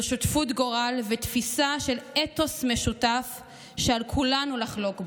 זה שותפות גורל ותפיסה של אתוס משותף שעל כולנו לחלוק בו.